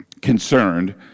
concerned